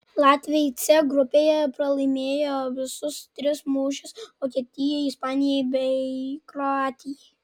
latviai c grupėje pralaimėjo visus tris mūšius vokietijai ispanijai bei kroatijai